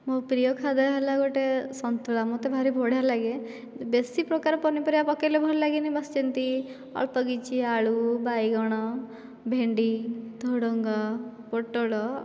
ମୋ' ପ୍ରିୟ ଖାଦ୍ୟ ହେଲା ଗୋଟିଏ ସନ୍ତୁଳା ମୋତେ ଭାରି ବଢିଆ ଲାଗେ ବେଶି ପ୍ରକାର ପନିପରିବା ପକାଇଲେ ଭଲ ଲାଗେନି ବାସ୍ ଯେମିତି ଅଳ୍ପକିଛି ଆଳୁ ବାଇଗଣ ଭେଣ୍ଡି ଝୁଡ଼ୁଙ୍ଗ ପୋଟଳ